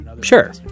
sure